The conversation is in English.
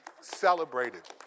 celebrated